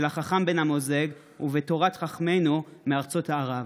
החכם בן אמוזג ובתורת חכמינו מארצות ערב.